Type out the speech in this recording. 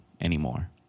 anymore